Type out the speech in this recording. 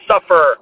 suffer